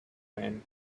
men